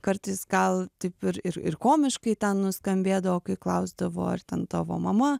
kartais gal taip ir ir ir komiškai ten nuskambėdavo kai klausdavo ar ten tavo mama